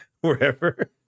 wherever